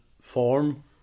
form